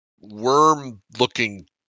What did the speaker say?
worm-looking